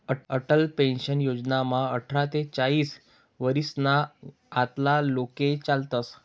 Atal pension योजनामा आठरा ते चाईस वरीसना आतला लोके चालतस